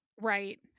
Right